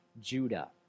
Judah